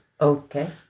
Okay